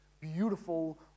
beautiful